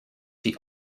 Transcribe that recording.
the